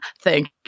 Thank